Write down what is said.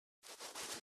fue